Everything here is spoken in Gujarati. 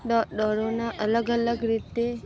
દોડના અલગ અલગ રીતે